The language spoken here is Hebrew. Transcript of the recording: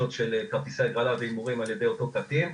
כרטיסי הגרלה והימורים על ידי אותו קטין,